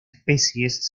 especies